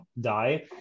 die